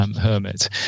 hermit